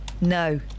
No